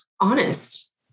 honest